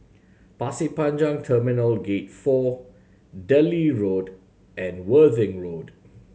Pasir Panjang Terminal Gate Four Delhi Road and Worthing Road